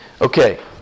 Okay